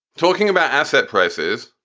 talking about asset prices,